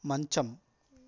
మంచం